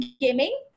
gaming